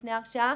שלפני ההרשעה.